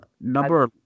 number